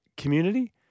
community